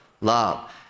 Love